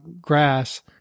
grass